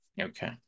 Okay